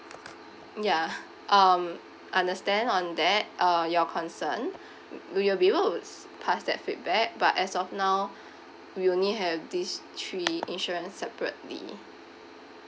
ya um understand on that uh your concern we'll be able to pass that feedback but as of now we only have these three insurance separately